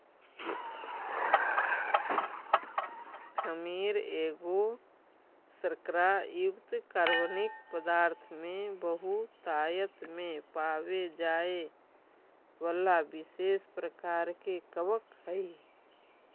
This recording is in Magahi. खमीर एगो शर्करा युक्त कार्बनिक पदार्थ में बहुतायत में पाबे जाए बला विशेष प्रकार के कवक हई